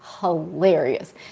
hilarious